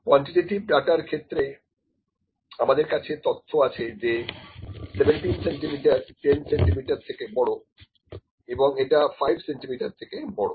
quantitative ডাটার ক্ষেত্রে আমাদের কাছে তথ্য আছে যে 17সেন্টিমিটার 10 সেন্টিমিটার থেকে বড় এবং এইটা 5 সেন্টিমিটার থেকে বড়